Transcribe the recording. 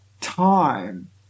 time